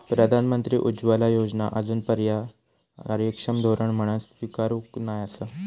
प्रधानमंत्री उज्ज्वला योजना आजूनपर्यात कार्यक्षम धोरण म्हणान स्वीकारूक नाय आसा